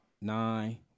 nine